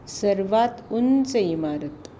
सर्वात उंच इमारत